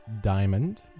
Diamond